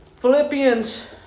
Philippians